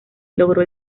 logró